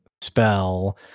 spell